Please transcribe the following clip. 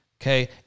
Okay